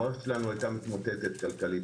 המערכת שלנו היתה מתמוטטת כלכלית.